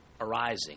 arising